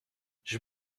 j’ai